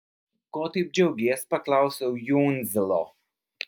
ko taip džiaugies paklausiau jundzilo